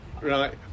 Right